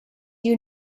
you